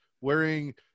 wearing